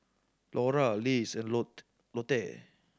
Lora Lays and Lot Lotte